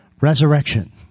Resurrection